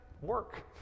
work